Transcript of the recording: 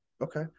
Okay